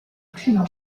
plus